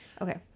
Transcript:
Okay